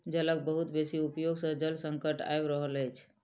जलक बहुत बेसी उपयोग सॅ जल संकट आइब रहल अछि